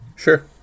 Sure